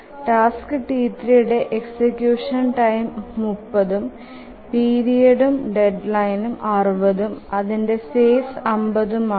task T3 യുടെ execution time 30 ഉം പീരീഡ്ഉം ഡെഡ്ലൈനും 60ഉം അതിന്ടെ ഫേസ് 50ഉം ആണ്